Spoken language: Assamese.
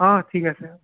অ ঠিক আছে